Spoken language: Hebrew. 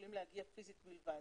יכולים להגיע פיזית בלבד.